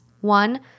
One